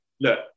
look